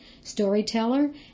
storyteller